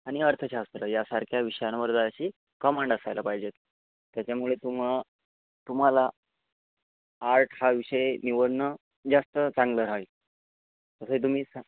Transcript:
आणि अर्थशास्त्र या सारख्यां विषयांवर जराशी कमांड असायला पाहिजेत त्याच्यामुळे तुम्हा तुम्हाला आर्टस् हा विषय निवडणं जास्त चांगलं राहील तसं तुम्ही सा